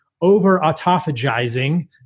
over-autophagizing